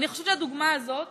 אני חושבת שהדוגמה הזאת